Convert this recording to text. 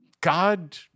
God